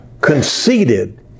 conceited